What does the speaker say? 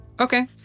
Okay